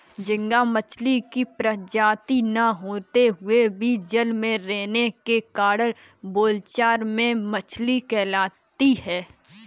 झींगा मछली की प्रजाति न होते हुए भी जल में रहने के कारण बोलचाल में मछली कहलाता है